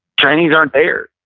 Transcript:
chinese aren't there.